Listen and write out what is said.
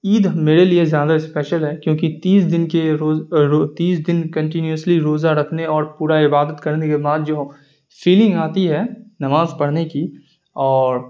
عید میرے لیے زیادہ اسپیشل ہے کیونکہ تیس دن کے تیس دن کنٹینوسلی روزہ رکھنے اور پوڑا عبادت کرنے کے بعد جو فیلنگ آتی ہے نماز پڑھنے کی اور